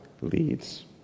leads